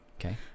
Okay